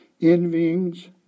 envyings